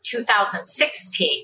2016